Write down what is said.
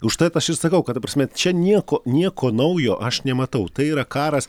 užtat aš ir sakau kad ta prasme čia nieko nieko naujo aš nematau tai yra karas